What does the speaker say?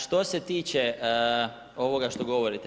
Što se tiče ovoga što govorite.